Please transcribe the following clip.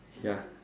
ya